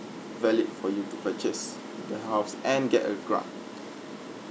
valid for you to purchase the house and get a grant